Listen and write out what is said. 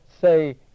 say